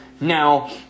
Now